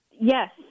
Yes